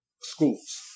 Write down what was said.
schools